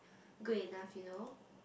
good enough you know